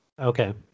Okay